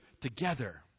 together